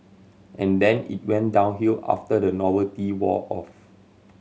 and then it went downhill after the novelty wore off